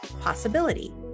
possibility